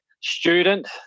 student